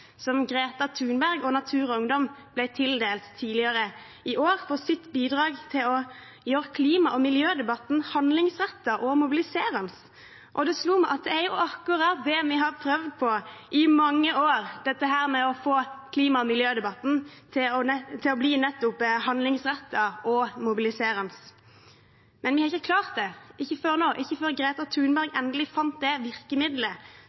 som Greta Thunberg og Natur og Ungdom ble tildelt tidligere i år for sitt bidrag til å gjøre klima- og miljødebatten handlingsrettet og mobiliserende. Det slo meg at det er jo akkurat det vi har prøvd på i mange år, dette med å få klima- og miljødebatten til å bli nettopp handlingsrettet og mobiliserende. Men vi har ikke klart det – ikke før nå, ikke